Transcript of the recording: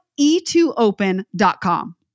e2open.com